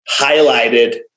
highlighted